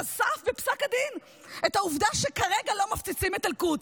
חשף בפסק הדין את העובדה שכרגע לא מפציצים את אל-קודס.